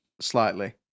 slightly